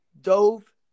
Dove